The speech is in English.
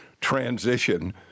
transition